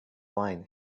wine